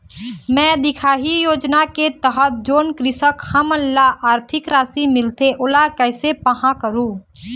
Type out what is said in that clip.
मैं दिखाही योजना के तहत जोन कृषक हमन ला आरथिक राशि मिलथे ओला कैसे पाहां करूं?